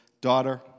daughter